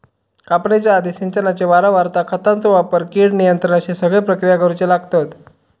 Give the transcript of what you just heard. कापणीच्या आधी, सिंचनाची वारंवारता, खतांचो वापर, कीड नियंत्रण अश्ये सगळे प्रक्रिया करुचे लागतत